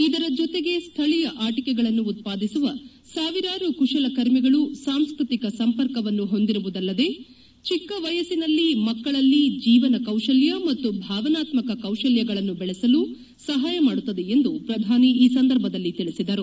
ಇದರ ಜೊತೆಗೆ ಸ್ಲಳೀಯ ಆಟಿಕೆಗಳನ್ನು ಉತ್ಪಾದಿಸುವ ಸಾವಿರಾರು ಕುಶಲಕರ್ಮಿಗಳು ಸಾಂಸ್ಕತಿಕ ಸಂಪರ್ಕವನ್ನು ಹೊಂದಿರುವುದಲ್ಲದೇ ಚಿಕ್ಕವಯಸ್ಸಿನಲ್ಲಿ ಮಕ್ಕಳಲ್ಲಿ ಜೀವನ ಕೌಶಲ್ವ ಮತ್ತು ಭಾವನಾತ್ಸಕ ಕೌಶಲ್ವಗಳನ್ನು ಬೆಳೆಸಲು ಸಹಾಯ ಮಾಡುತ್ತದೆ ಎಂದು ಪ್ರಧಾನಿ ಈ ಸಂದರ್ಭದಲ್ಲಿ ತಿಳಿಸಿದರು